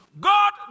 God